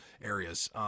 areas